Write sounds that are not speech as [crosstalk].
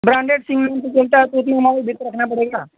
branded [unintelligible] bill तो रखना पड़ेगा